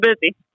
busy